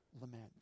lament